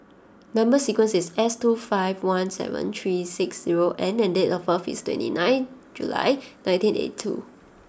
number sequence is S two five one seven three six zero N and date of birth is twenty nine July nineteen eighty two